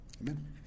amen